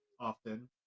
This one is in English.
often